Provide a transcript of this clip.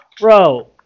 Bro